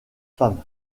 femmes